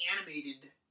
animated